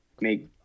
make